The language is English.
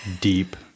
deep